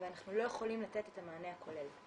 אבל אנחנו לא יכולים לתת את המענה הכולל.